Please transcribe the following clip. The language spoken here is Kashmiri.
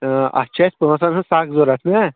اَتھ چھ اَسہِ پونٛسن ہٕنٛز سکھ ضرورت نہ